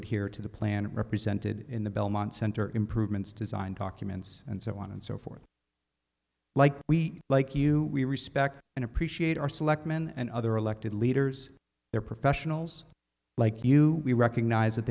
adhere to the planet represented in the belmont center improvements design documents and so on and so forth like we like you we respect and appreciate our selectmen and other elected leaders they're professionals like you we recognize that